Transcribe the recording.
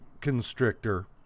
Constrictor